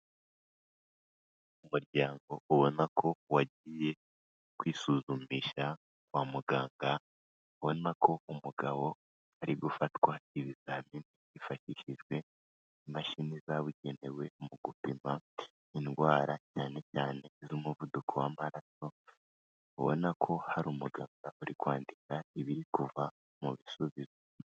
Umuryango ubona ko wagiye kwisuzumisha kwa muganga, ubona ko umugabo ari gufatwa ibizamini hifashishijwe imashini zabugenewe mu gupima indwara cyane cyane iz'umuvuduko w'amaraso, ubona ko hari umuganga uri kwandika ibiri kuva mu bisubizo.